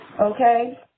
Okay